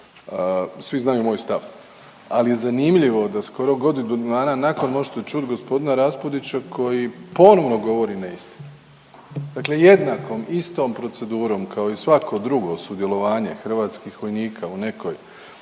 svi znaju moj stav, ali zanimljivo je da skoro godinu dana nakon možete čut gospodina Raspudića koji ponovno govori neistine. Dakle, jednakom istom procedurom kao i svako drugo sudjelovanje hrvatskih vojnika u nekoj